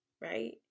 right